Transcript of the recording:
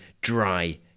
dry